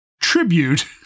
tribute